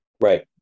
right